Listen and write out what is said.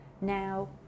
Now